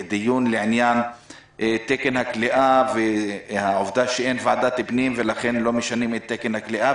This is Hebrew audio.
לעניין תקן הכליאה והעובדה שאין ועדת פנים ולכן לא משנים את תקן הכליאה,